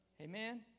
Amen